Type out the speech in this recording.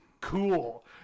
cool